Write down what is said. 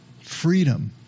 freedom